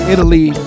Italy